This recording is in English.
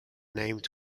named